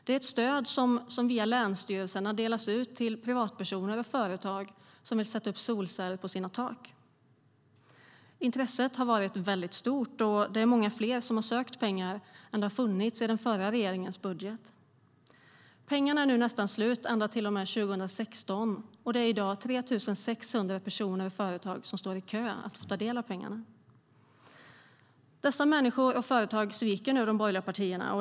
Det är ett stöd som via länsstyrelserna delas ut till privatpersoner och företag som vill sätta upp solceller på sina tak. Intresset har varit väldigt stort, och det är många fler som har sökt än det funnits pengar till i den förra regeringens budget. Pengarna är nu nästan slut ända till och med 2016. Det är i dag 3 600 personer och företag som står i kö för att få ta del av pengarna. Dessa människor och företag sviker nu de borgerliga partierna.